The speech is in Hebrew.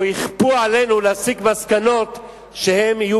או יכפו עלינו להסיק מסקנות שהן יהיו